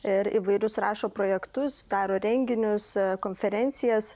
ir įvairius rašo projektus daro renginius konferencijas